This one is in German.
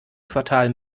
quartal